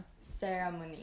ceremony